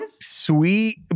sweet